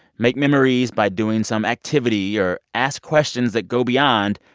make memories by doing some activity, or ask questions that go beyond,